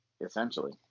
essentially